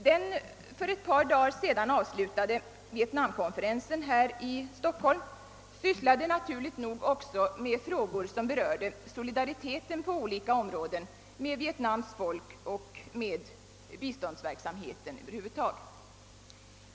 Den för ett par dagar sedan avslutade vietnamkonferensen här i Stockholm sysslade naturligt också med frågor som berörde solidariteten på olika områden med Vietnams folk och biståndsverksamheten över huvud taget.